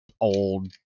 old